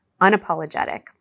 unapologetic